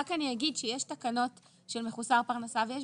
אני אגיד שיש תקנות של מחוסר פרנסה ויש